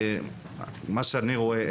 מה שאני רואה,